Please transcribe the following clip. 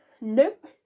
Nope